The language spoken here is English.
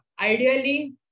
ideally